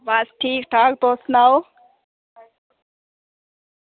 बस ठीक ठाक तुस सनाओ